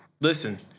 Listen